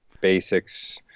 basics